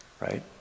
right